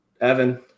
Evan